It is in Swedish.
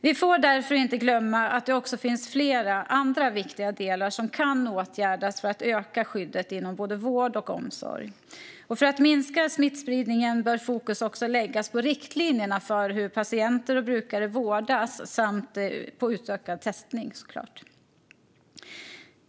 Vi får därför inte glömma att det finns flera andra viktiga delar som kan åtgärdas för att skyddet inom vård och omsorg ska öka. För att minska smittspridningen bör fokus läggas på riktlinjerna för hur patienter och brukare vårdas samt, såklart, på utökad testning.